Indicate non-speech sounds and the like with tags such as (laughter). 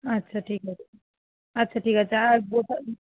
আচ্ছা ঠিক আছে আচ্ছা ঠিক আছে আর (unintelligible)